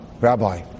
Rabbi